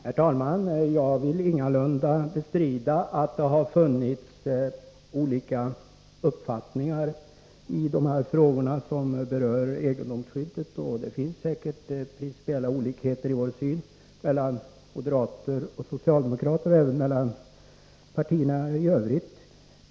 Herr talman! Jag vill ingalunda bestrida att det har funnits olika uppfattningar i de frågor som berör egendomsskyddet, och det finns säkert principiella olikheter i synen mellan moderater och socialdemokrater och även mellan partierna i övrigt.